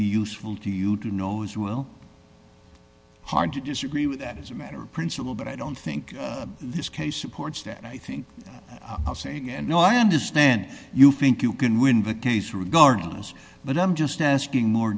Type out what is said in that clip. be useful to you to know as well hard to disagree with that is a matter of principle but i don't think this case supports that i think our saying and no i understand you think you can win va case regardless but i'm just asking more